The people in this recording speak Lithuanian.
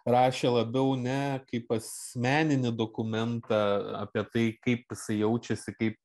rašė labiau ne kaip asmeninį dokumentą apie tai kaip jaučiasi kaip